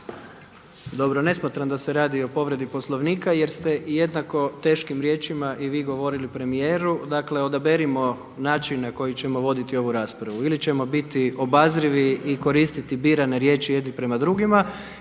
Dobro ne smatram da se radi o povredi Poslovnika jer ste jednako teškim riječima i vi govorili premijeru. Dakle, odaberimo način na koji ćemo voditi ovu raspravu. Ili ćemo biti obazrivi i koristiti birane riječi jedni prema drugima